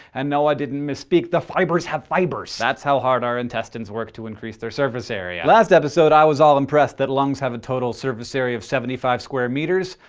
and no i didn't mis-speak, the fibers have fibers. that's how hard our intestines work to increase their surface area. last episode i was all impressed that lungs had a total surface area of seventy five square meters.